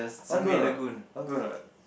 want go or not want go or not